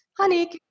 honey